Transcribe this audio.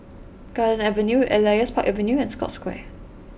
Garden Avenue Elias Park Avenue and Scotts Square